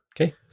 Okay